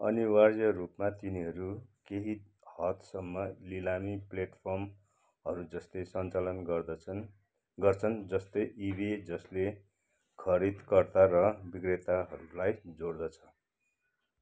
अनिवार्य रूपमा तिनीहरू केही हदसम्म लिलामी प्लेटफर्महरू जस्तै सञ्चालन गर्दछन् गर्छन् जस्तै इबे जसले खरिदकर्ता र विक्रेताहरूलाई जोड्दछ